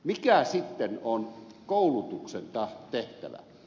mikä sitten on koulutuksen tehtävä